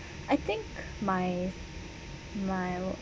I think my my